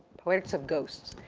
poetics of ghosts.